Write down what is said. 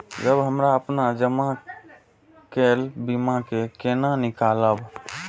जब हमरा अपन जमा केल बीमा के केना निकालब?